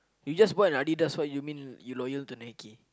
you just bought a Adidas what you mean you loyal to Nike